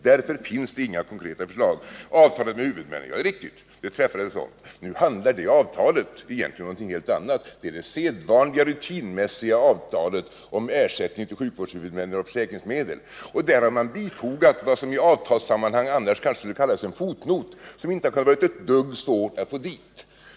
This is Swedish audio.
Det finns alltså inga konkreta förslag. Beträffande avtal med huvudmännen är det riktigt att ett sådant träffats. Nu handlar det avtalet egentligen om någonting helt annat. Det är det sedvanliga, rutinmässiga avtalet om ersättning till sjukvårdshuvudmännen av försäkringsmedel. Man har bifogat vad som i avtalssammanhang annars kanske skulle kallas en fotnot, som det inte kan ha varit ett dugg svårt att få dit.